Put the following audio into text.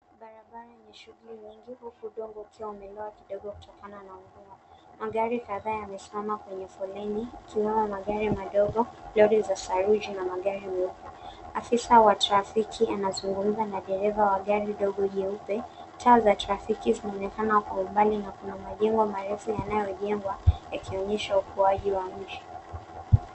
Barabara yenye shughuli nyingi huku udongo ukiwa umelowa kidogo kutokana na mvua. Magari kadhaa yamesimama kwenye foleni ikiwemo magari madogo, lori za saruji na magari meupe. Afisa wa trafiki anazungumza na dereva wa gari dogo jeupe. Taa za trafiki zinaonekana kwa umbali na kuna majengo marefu yanayojengwa yakionyesha ukuaji wa mji.